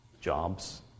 Jobs